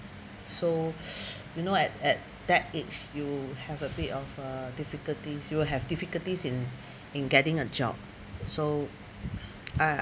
so you know at at that age you have a bit of a difficulties you will have difficulties in in getting a job so uh